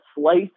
Slice